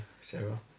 Sarah